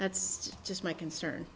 that's just my concern